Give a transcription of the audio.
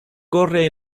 corre